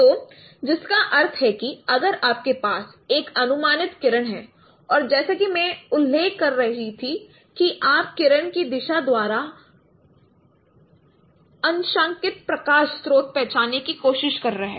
तो जिसका अर्थ है कि अगर आपके पास एक अनुमानित किरण है और जैसा कि मैं उल्लेख कर रहा था कि आप किरण की दिशा द्वारा अंशांकित प्रकाश स्रोत पहचानने की कोशिश कर रहे हैं